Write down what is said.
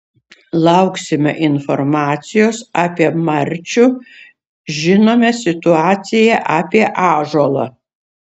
lauksime informacijos apie marčių žinome situaciją apie ąžuolą